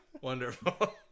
Wonderful